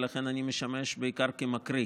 ולכן אני משמש בעיקר כמקריא.